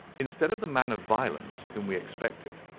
instead of the man of violence whom we expected,